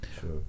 Sure